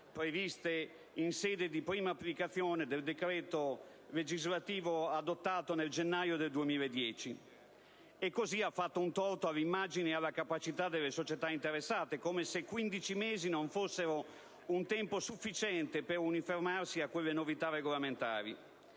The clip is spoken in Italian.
previste in sede di prima applicazione del decreto legislativo adottato nel gennaio del 2010. In questo modo, ha fatto torto all'immagine e alla capacità delle società interessate, come se quindici mesi non fossero un tempo sufficiente per uniformarsi a quelle novità normative.